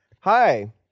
Hi